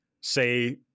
say